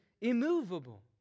immovable